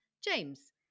James